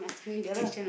ya lah